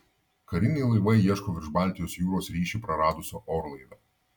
kariniai laivai ieško virš baltijos jūros ryšį praradusio orlaivio